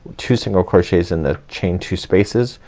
two single crochets in the chain two spaces,